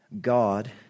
God